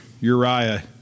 Uriah